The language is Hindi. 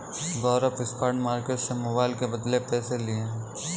गौरव स्पॉट मार्केट से मोबाइल के बदले पैसे लिए हैं